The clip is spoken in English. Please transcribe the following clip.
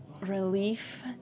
relief